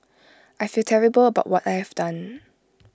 I feel terrible about what I have done